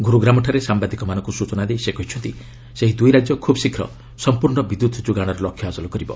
ଗୁରୁଗ୍ରାମଠାରେ ସାମ୍ବାଦିକମାନଙ୍କୁ ସୂଚନା ଦେଇ ସେ କହିଛନ୍ତି ସେହି ଦୁଇ ରାଜ୍ୟ ଖୁବ୍ ଶୀଘ୍ର ସମ୍ପର୍ଶ୍ଣ ବିଦ୍ୟୁତ୍ ଯୋଗାଣର ଲକ୍ଷ୍ୟ ହାସଲ କରିବ